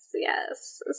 yes